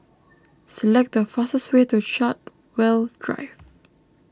select the fastest way to Chartwell Drive